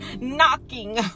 knocking